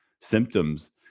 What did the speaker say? symptoms